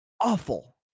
awful